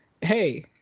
hey